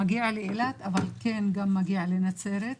מגיע לאילת, אבל מגיע גם לנצרת.